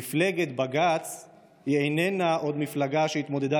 מפלגת בג"ץ איננה עוד מפלגה שהתמודדה